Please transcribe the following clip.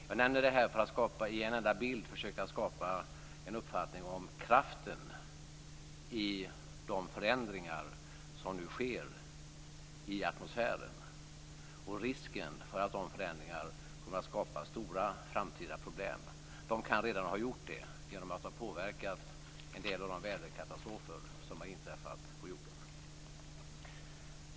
Jag nämner detta för att i en enda bild försöka skapa en uppfattning om kraften i de förändringar som nu sker i atmosfären och risken för att de förändringarna kommer att skapa stora framtida problem. De kan redan ha gjort det genom att ha påverkat en del av de väderkatastrofer som har inträffat på jorden.